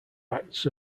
acts